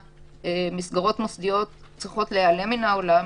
מסגרות מוסדיות צריכות להיעלם מן העולם,